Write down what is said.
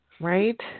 Right